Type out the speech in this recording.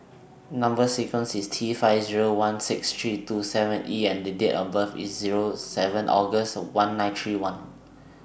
Number sequence IS T five Zero one six three two seven E and The Date of birth IS Zero seven August one nine three one